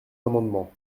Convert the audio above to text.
amendement